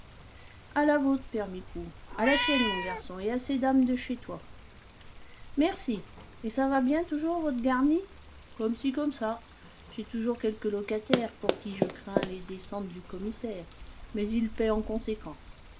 à la vôtre père micou à la tienne mon garçon et à ces dames de chez toi merci et ça va bien toujours votre garni comme ci comme ça j'ai toujours quelques locataires pour qui je crains les descentes du commissaire mais ils paient en conséquence